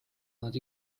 nad